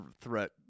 threat